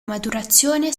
maturazione